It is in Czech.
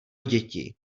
děti